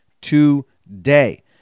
today